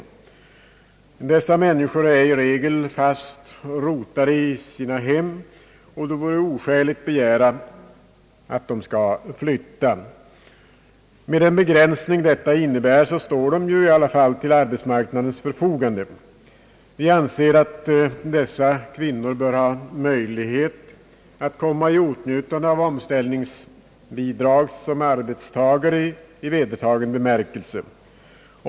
Dessa människor är i regel fast rotade i sina hem, och det vore oskäligt begära att de skulle flyttas. Med den begränsning detta innebär står de i alla fall till arbetsmarknadens förfogande. Vi anser att dessa kvinnor bör ha möjlighet att komma i åtnjutande av omställningsbidrag som arbetstagare i vedertagen bemärkelse.